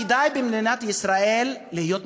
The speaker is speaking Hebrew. כדאי במדינת ישראל להיות מתנחל,